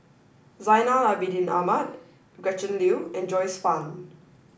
Zainal Abidin Ahmad Gretchen Liu and Joyce Fan